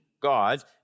God